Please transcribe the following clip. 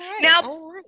Now